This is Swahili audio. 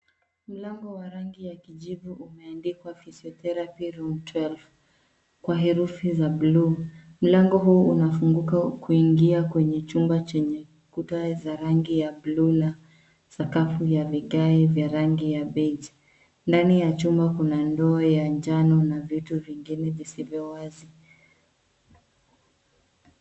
Mlango wa rangi ya kijivu umeandikwa physiotherapy room twelve kwa herufi za blue . Mlango huu unafunguka kuingia kwenye chumba chenye kutae za rangi ya blue na sakafu ya vigae vya rangi ya beige . Ndani ya chumba kuna ndoo ya njano na vitu vingine visivyo wazi.